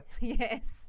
yes